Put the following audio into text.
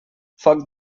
foc